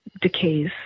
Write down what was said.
decays